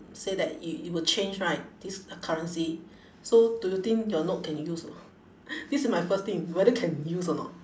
say that it it will change right this currency so do you think your note can use or not this is my first thing whether can use or not